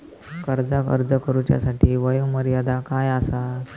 कर्जाक अर्ज करुच्यासाठी वयोमर्यादा काय आसा?